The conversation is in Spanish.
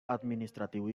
administrativo